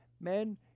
Men